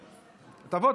תבוא.